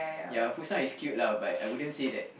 ya Husiah is cute lah but I wouldn't say that